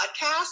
podcast